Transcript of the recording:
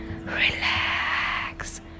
relax